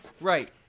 Right